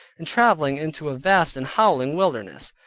and traveling into a vast and howling wilderness,